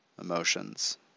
emotions